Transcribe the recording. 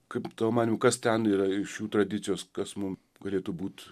kaip tavo manymu kas ten yra iš jų tradicijos kas mum galėtų būt